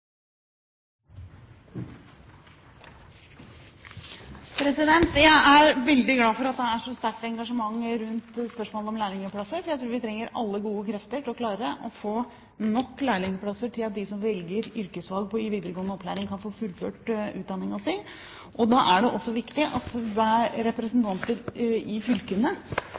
lærlingplass?» Jeg er veldig glad for at det er så sterkt engasjement rundt spørsmålet om lærlingplasser, for jeg tror vi trenger alle gode krefter for å klare å få nok lærlingplasser til at de som velger yrkesfag i videregående opplæring, kan få fullført utdanningen sin. Da er det også viktig at